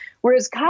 Whereas